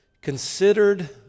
considered